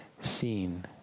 seen